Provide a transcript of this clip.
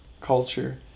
culture